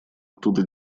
оттуда